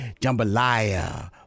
jambalaya